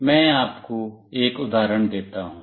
मैं आपको एक उदाहरण देता हूं